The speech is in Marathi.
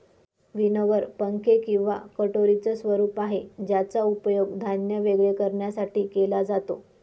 विनोवर पंखे किंवा कटोरीच स्वरूप आहे ज्याचा उपयोग धान्य वेगळे करण्यासाठी केला जातो